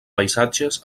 paisatges